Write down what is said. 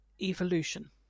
evolution